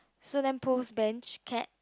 so lamp post bench cat